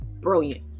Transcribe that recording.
brilliant